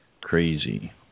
crazy